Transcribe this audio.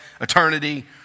eternity